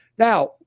Now